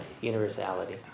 Universality